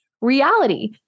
reality